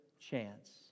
chance